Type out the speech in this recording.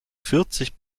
vierzig